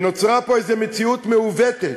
נוצרה פה איזו מציאות מעוותת,